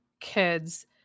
kids